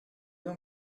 donc